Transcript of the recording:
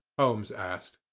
holmes asked.